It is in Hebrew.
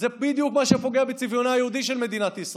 זה בדיוק מה שפוגע בצביונה היהודי של מדינת ישראל.